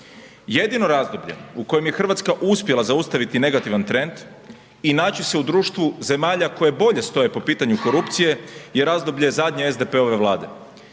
Jedino razdoblje u kojem je Hrvatska uspjela zaustaviti negativan trend i naći se u društvu zemalja koje bolje stoje po pitanju korupcije je razdoblje zadnje SDP-ove vlade.